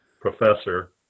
professor